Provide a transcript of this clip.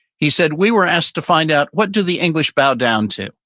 he said, we were asked to find out what do the english bowed down to.